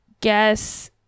guess